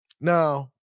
Now